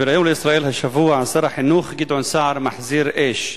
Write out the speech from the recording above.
בריאיון ל"ישראל השבוע" שר החינוך גדעון סער מחזיר אש,